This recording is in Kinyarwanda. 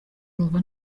numva